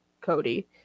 cody